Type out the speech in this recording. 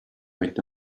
might